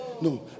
No